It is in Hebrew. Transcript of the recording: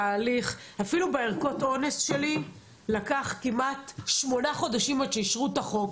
אפילו בערכות האונס שלי לקח כמעט שמונה חודשים עד שאישרו את החוק,